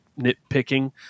nitpicking